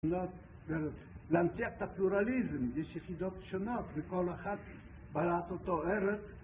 להמציא את הפלורליזם, יש יחידות שונות, וכל אחת בעלת אותו ערך